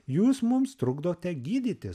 jūs mums trukdote gydytis